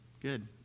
Good